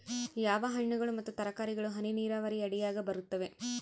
ಯಾವ ಹಣ್ಣುಗಳು ಮತ್ತು ತರಕಾರಿಗಳು ಹನಿ ನೇರಾವರಿ ಅಡಿಯಾಗ ಬರುತ್ತವೆ?